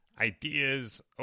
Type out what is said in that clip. ideas